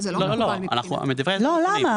ה"דומה"